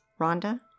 Rhonda